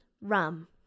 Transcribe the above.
rum